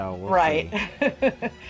Right